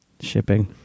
Shipping